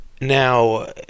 Now